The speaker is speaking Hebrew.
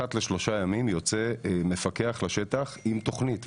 אחת לשלושה ימים יוצא מפקח לשטח עם תוכנית,